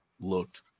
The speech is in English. looked